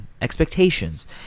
expectations